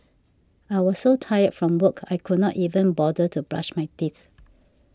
I was so tired from work I could not even bother to brush my teeth